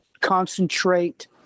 concentrate